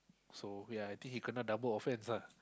so ya I think he kena double offence lah